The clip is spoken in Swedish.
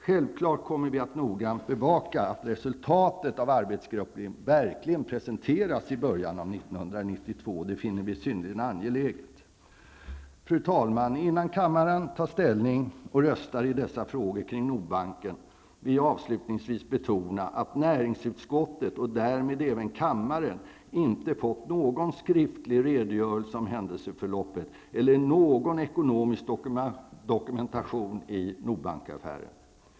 Självfallet kommer vi att noga bevaka att resultatet av arbetsgruppens arbete verkligen presenteras i början av 1992 -- det finner vi synnerligen angeläget. Fru talman! Innan kammaren tar ställning och röstar i frågorna kring Nordbanken vill jag avslutningsvis betona att näringsutskottet inte -- och därmed inte heller kammaren -- fått någon skriftlig redogörelse för händelseförloppet eller någon ekonomisk dokumentation i Nordbankenaffären.